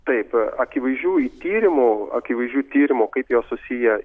taip akivaizdžių tyrimų akivaizdžių tyrimų kaip jos susiję